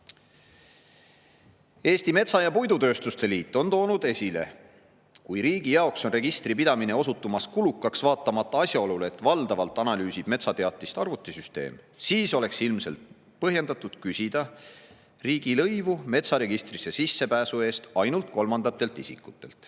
Eesti Metsa‑ ja Puidutööstuse Liit on toonud esile: kui riigi jaoks on registri pidamine osutumas kulukaks vaatamata asjaolule, et valdavalt analüüsib metsateatist arvutisüsteem, siis oleks ilmselt põhjendatud küsida riigilõivu metsaregistrisse sissepääsu eest ainult kolmandatelt isikutelt.